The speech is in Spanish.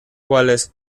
cuales